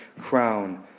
crown